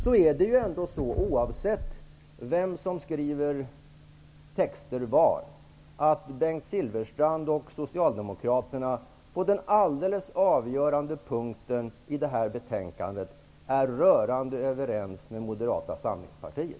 Oavsett vem som skriver texterna och var de skrivs, är det så att Bengt Silfverstrand och Socialdemokraterna på den avgörande punkten i detta betänkande är rörande överens med Moderata samlingspartiet.